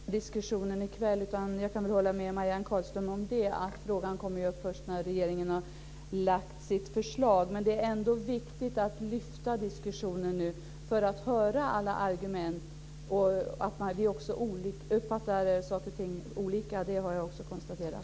Herr talman! Jag tror inte att vi kommer längre i diskussionen i kväll. Jag kan hålla med Marianne Carlström om att frågan kommer upp först när regeringen har lagt fram sitt förslag. Det är ändå viktigt att lyfta diskussionen för att höra alla argument. Att vi uppfattar saker och ting olika har också jag konstaterat.